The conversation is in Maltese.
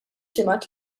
ġimgħat